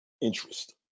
interest